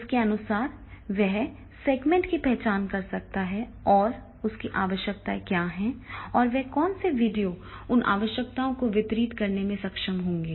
इसके अनुसार वह सेगमेंट की पहचान कर सकता है और उसकी आवश्यकताएं क्या हैं और कौन से वीडियो उन आवश्यकताओं को वितरित करने में सक्षम होंगे